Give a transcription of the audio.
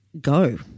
go